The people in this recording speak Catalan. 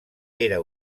era